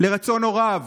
לרצון הוריו,